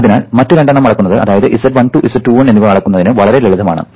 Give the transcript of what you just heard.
അതിനാൽ മറ്റ് രണ്ടെണ്ണം അളക്കുന്നത് അതായത് Z12 Z22 എന്നിവ അളക്കുന്നതിന് വളരെ ലളിതമാണ്